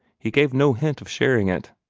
he gave no hint of sharing it.